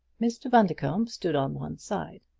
mr. bundercombe stood on one side.